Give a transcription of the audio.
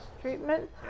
Treatment